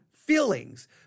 feelings